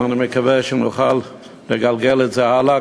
אבל אני מקווה שנוכל לגלגל את זה הלאה,